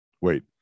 Wait